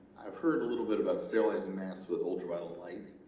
i've heard a little bit about sterilizing masks with ultraviolet light